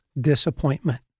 disappointment